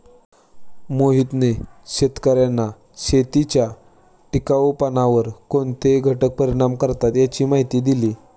मोहितने शेतकर्यांना शेतीच्या टिकाऊपणावर कोणते घटक परिणाम करतात याची माहिती दिली